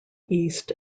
east